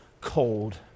cold